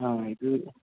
ആ ഇത്